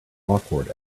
awkward